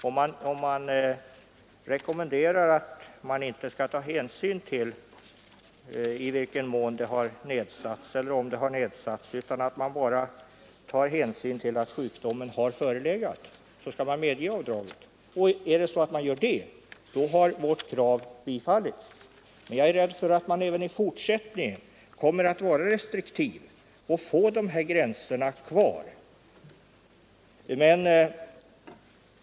Om riksskatteverket rekommenderar att man inte skall ta ÅVdrag vid inkomst hänsyn till i vilken mån skatteförmågan har nedsatts eller om den har = !4Xeringen för nednedsatts utan bara till om sjukdomen har förelegat, då har vårt krav S2!t skatteförmåga m.m. bifallits. Men jag är rädd för att man även i fortsättningen kommer att vara restriktiv och ha gränserna kvar.